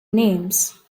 names